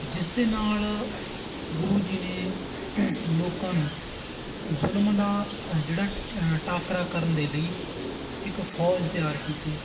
ਜਿਸ ਦੇ ਨਾਲ ਗੁਰੂ ਜੀ ਨੇ ਲੋਕਾਂ ਨੂੰ ਜ਼ੁਲਮ ਦਾ ਜਿਹੜਾ ਟਾਕਰਾ ਕਰਨ ਦੇ ਲਈ ਇੱਕ ਫੌਜ ਤਿਆਰ ਕੀਤੀ